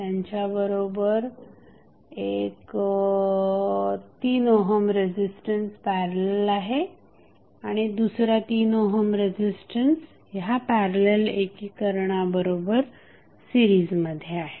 त्याच्याबरोबर एक 3 ohm resistance parallel आहे आणि दुसरा 3 ओहम रेझिस्टन्स ह्या पॅरलल एकीकरण बरोबर सिरीजमध्ये आहे